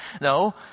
No